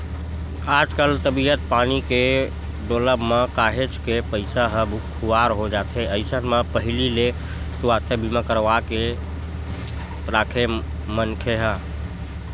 आजकल तबीयत पानी के डोलब म काहेच के पइसा ह खुवार हो जाथे अइसन म पहिली ले सुवास्थ बीमा करवाके के राखे मनखे ह